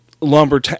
lumber